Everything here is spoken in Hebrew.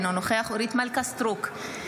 אינו נוכח אורית מלכה סטרוק,